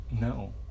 no